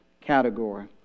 category